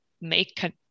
make